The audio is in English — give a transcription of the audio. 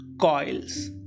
coils